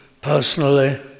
personally